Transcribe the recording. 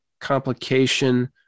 complication